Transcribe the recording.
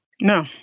no